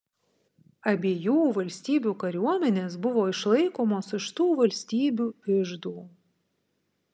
abiejų valstybių kariuomenės buvo išlaikomos iš tų valstybių iždų